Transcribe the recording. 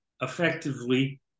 effectively